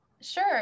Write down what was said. Sure